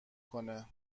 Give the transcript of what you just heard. کنه